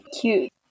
cute